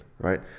right